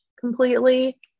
completely